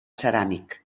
ceràmic